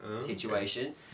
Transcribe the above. situation